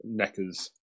neckers